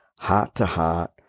heart-to-heart